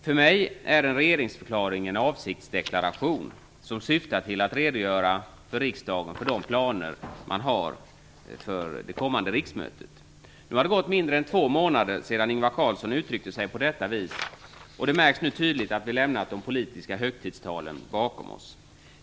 För mig är en regeringsförklaring en avsiktsdeklaration, som syftar till att redogöra för riksdagen för de planer man har för det kommande riksmötet. Nu har det gått det mindre än två månader sedan Ingvar Carlsson uttryckte sig på detta vis, och det märks nu tydligt att vi lämnat de politiska högtidstalen bakom oss.